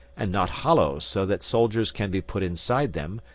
and not hollow so that soldiers can be put inside them,